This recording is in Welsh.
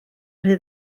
rhy